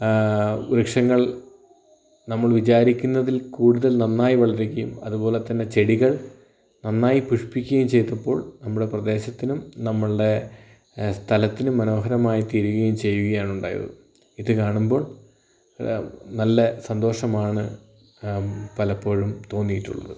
വൃക്ഷങ്ങൾ നമ്മൾ വിചാരിക്കുന്നതിൽ കൂടുതൽ നന്നായി വളരുകയും അതുപോലെ തന്നെ ചെടികൾ നന്നായി പുഷ്പിക്കുകയും ചെയ്തപ്പോൾ നമ്മളാ പ്രെദേശത്തിനും നമ്മളുടെ സ്ഥലത്തിനും മനോഹരമായി തീരുകയും ചെയ്യുകയാണ് ഉണ്ടായത് ഇത് കാണുമ്പോൾ നല്ല സന്തോഷമാണ് പലപ്പോഴും തോന്നീട്ടുള്ളത്